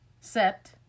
Set